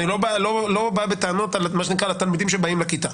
אני לא בא בטענות על התלמידים שבאים לכיתה.